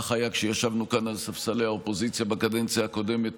כך היה כשישבנו כאן על ספסלי האופוזיציה בקדנציה הקודמת,